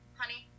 honey